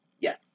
Yes